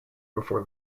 before